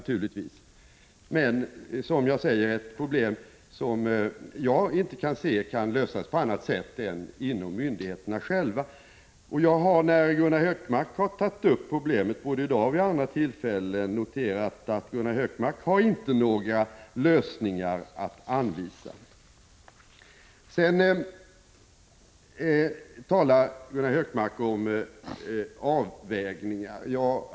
Men det är, som jag sade, ett problem som såvitt jag förstår inte kan lösas på annat sätt än inom myndigheterna själva. Jag har, när Gunnar Hökmark har tagit upp problemet — både i dag och vid andra tillfällen — noterat att han inte har några lösningar att anvisa. Gunnar Hökmark talar om avvägningar.